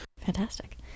fantastic